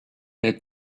elle